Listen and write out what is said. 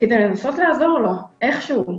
כדי לנסות לעזור לו איכשהו.